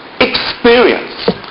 experience